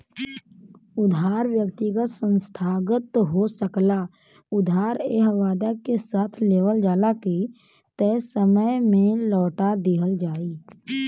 उधार व्यक्तिगत संस्थागत हो सकला उधार एह वादा के साथ लेवल जाला की तय समय में लौटा दिहल जाइ